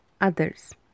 Others